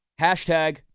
Hashtag